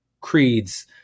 creeds